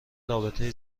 رابطه